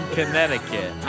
Connecticut